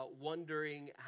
wondering